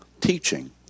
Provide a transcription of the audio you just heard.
teaching